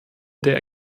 der